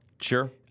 Sure